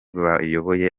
bayoboye